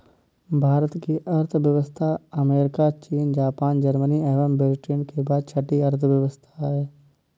भारत की अर्थव्यवस्था अमेरिका, चीन, जापान, जर्मनी एवं ब्रिटेन के बाद छठी अर्थव्यवस्था है